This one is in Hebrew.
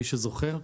מי שזוכר.